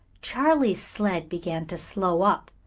charley's sled began to slow up,